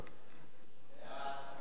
(תיקון מס' 41) (מיסוי על בסיס מזומן),